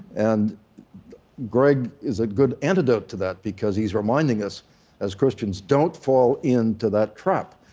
and greg is a good antidote to that, because he's reminding us as christians, don't fall into that trap.